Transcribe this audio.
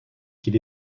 qu’il